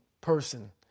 person